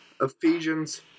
Ephesians